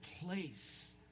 place